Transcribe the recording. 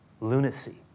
lunacy